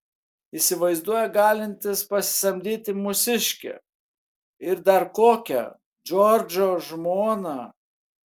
įsivaizduoja galintis pasisamdyti mūsiškę ir dar kokią džordžo žmoną